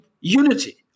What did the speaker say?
unity